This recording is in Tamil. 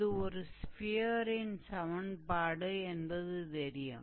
இது ஒரு ஸ்பியரின் சமன்பாடு என்பது தெரியும்